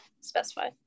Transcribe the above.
Specify